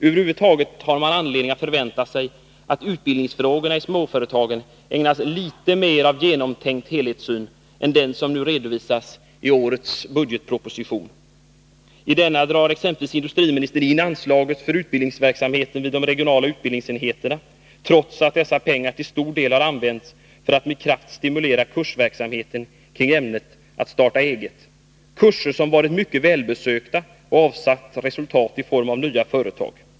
Över huvud taget har man anledning att förvänta sig att utbildningsfrågorna i småföretagen ägnas litet mer av genomtänkt helhetssyn än den som nu redovisas i årets budgetproposition. I denna drar exempelvis industriministern in anslaget för utbildningsverksamheten vid de regionala utbildningsenheterna, trots att dessa pengar till stor del har använts för att med kraft stimulera kursverksamheten kring ämnet ”Att starta eget” — kurser som varit mycket välbesökta och avsatt resultat i form av nya företag.